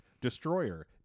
Destroyer